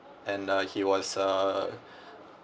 and uh he was uh